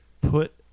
put